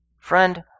Friend